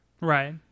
Right